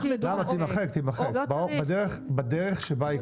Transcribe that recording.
תמחק, תמחק, "בדרך שבה יקבע השר".